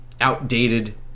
outdated